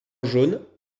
jaune